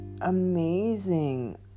amazing